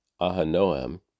Ahanoam